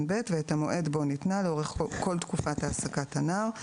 (ב) ואת המועד בו ניתנה לאורך כל תקופת העסקת הנער.